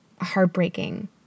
heartbreaking